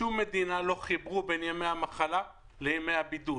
בשום מדינה לא חיברו בין ימי המחלה לימי הבידוד.